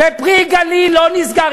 ו"פרי הגליל" לא נסגר.